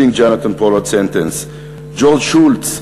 Jonathan Pollard's sentence"; ג'ורג' שולץ,